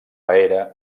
hera